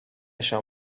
shall